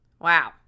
Wow